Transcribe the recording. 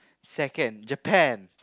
second Japan